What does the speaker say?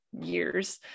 years